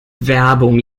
werbung